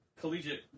collegiate